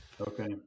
Okay